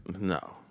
No